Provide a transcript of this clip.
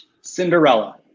Cinderella